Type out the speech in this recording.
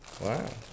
Wow